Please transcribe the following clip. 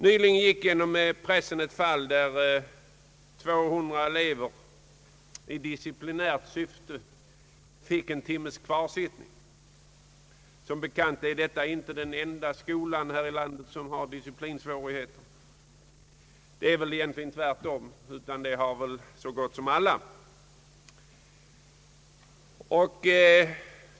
Nyligen gick genom pressen ett fall där 200 elever i disciplinärt syfte fick en timmes kvarsittning. Som bekant är detta inte den enda skolan här i landet med disciplinproblem — det förhåller sig väl egentligen tvärtom: sådana problem finns överallt.